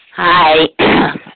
Hi